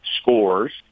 scores